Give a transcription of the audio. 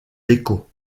déco